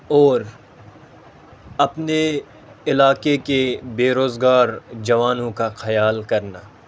اور اپنے علاقے کے بے روزگار جوانوں کا خیال کرنا